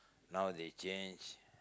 now they change